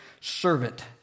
servant